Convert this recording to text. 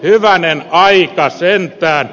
hyvänen aika sentään